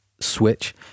Switch